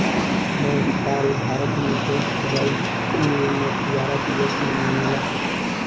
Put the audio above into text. हर साल भारत मे दस जुलाई के मछुआरा दिवस मनेला